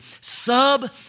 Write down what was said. Sub